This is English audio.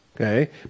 okay